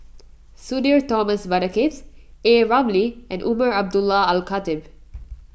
Sudhir Thomas Vadaketh A Ramli and Umar Abdullah Al Khatib